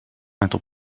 aantal